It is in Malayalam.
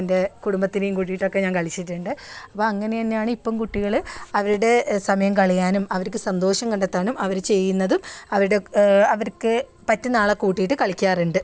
എൻ്റെ കുടുംബത്തിനേം കൂട്ടീട്ടൊക്കെ ഞാൻ കളിച്ചിട്ടുണ്ട് അപ്പോൾ അങ്ങനെ തന്നെയാണ് ഇപ്പം കുട്ടികാൽ അവരുടെ സമയം കളയാനും അവർക്ക് സന്തോഷം കണ്ടെത്താനും അവർ ചെയ്യുന്നതും അവരുടെ അവർക്ക് പറ്റുന്ന ആളെ കൂട്ടീട്ട് കളിക്കാറുണ്ട്